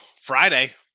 Friday